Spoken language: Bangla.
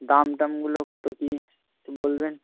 দামটামগুলো কত কী একটু বলবেন